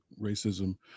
racism